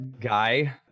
guy